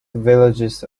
villages